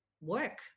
work